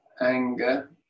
anger